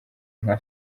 nka